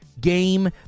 game